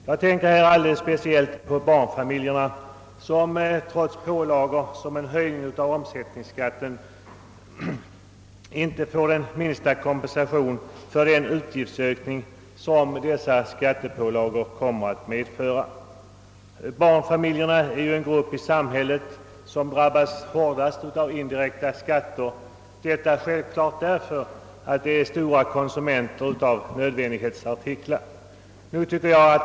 Jag tänker här alldeles speciellt på barnfamiljerna, vilka trots de pålagor som en höjning av omsättningsskatten medför inte får den minsta kompensation för den utgiftsökning som dessa skattepålagor kommer att medföra. Barnfamiljerna är den grupp i samhället som drabbas hårdast av indirekta skatter därför att de är stora konsumenter av nödvändighetsartiklar.